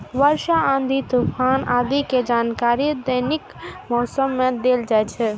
वर्षा, आंधी, तूफान आदि के जानकारियो दैनिक मौसम मे देल जाइ छै